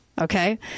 Okay